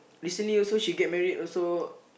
recently also she get married also